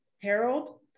Harold